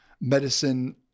medicine